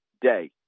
day